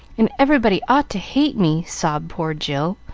and everybody ought to hate me, sobbed poor jill,